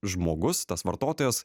žmogus tas vartotojas